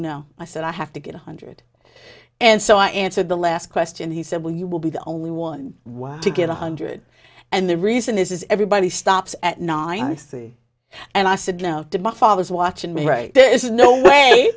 no i said i have to get one hundred and so i answered the last question he said well you will be the only one way to get a hundred and the reason is everybody stops at nine i see and i said no to my father's watching me right there's no way